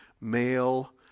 male